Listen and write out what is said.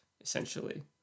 essentially